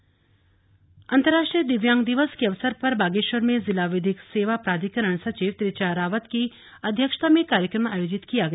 दिव्यांग दिवस अंतर्राष्ट्रीय दिव्यांग दिवस के अवसर पर बागेश्वर में जिला विधिक सेवा प्राधिकरण सचिव त्रिचा रावत की अध्यक्षता में कार्यक्रम आयोजित किया गया